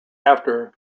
after